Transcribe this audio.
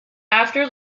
after